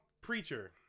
preacher